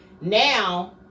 now